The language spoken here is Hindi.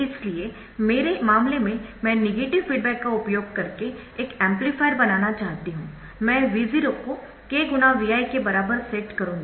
इसलिए मेरे मामले में मैं नेगेटिव फीडबैक का उपयोग करके एक एम्पलीफायर बनाना चाहती हूं मैं V0 को k गुणा Vi के बराबर सेट करूंगी